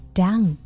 down